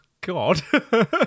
God